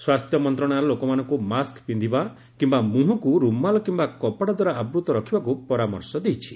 ସ୍ୱାସ୍ଥ୍ୟ ମନ୍ତ୍ରଣାଳୟ ଲୋକମାନଙ୍କୁ ମାସ୍କ୍ ପିନ୍ଧିବା କିମ୍ବା ମୁହଁକୁ ରୁମାଲ କିମ୍ବା କପଡ଼ା ଦ୍ୱାରା ଆବୃତ୍ତ ରଖିବାକୁ ପରାମର୍ଶ ଦେଇଛି